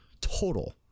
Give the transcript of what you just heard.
total